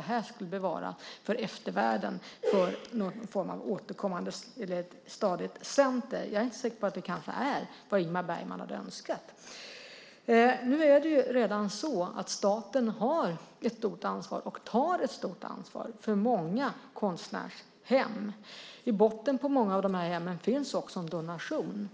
här skulle bevaras för eftervärlden i någon form av återkommande eller stadigt centrum. Åtminstone fanns det ingenting sådant skrivet i donationen. Jag är inte säker på att det är vad Ingmar Bergman hade önskat. Nu är det redan så att staten har och tar ett stort ansvar för många konstnärshem. I botten på många av hemmen finns också en donation.